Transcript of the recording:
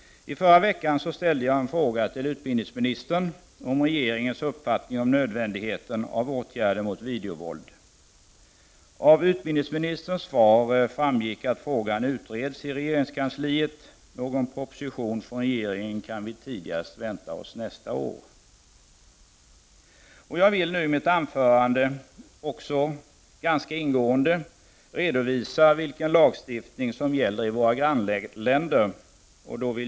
I förra veckan ställde jag en fråga till utbildningsministern om regeringens uppfattning om nödvändigheten av åtgärder mot videovåld. Av utbildningsministerns svar framgick att frågan utreds i regeringskansliet. Någon proposition från regeringen kan vi tidigast vänta oss nästa år. Jag vill nu i mitt anförande ganska ingående redovisa vilken lagstiftning som gäller i våra grannländer.